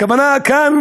הכוונה כאן